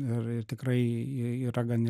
ir ir tikrai y yra gan ir